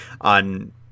on